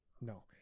No